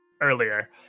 earlier